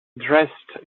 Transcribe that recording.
dressed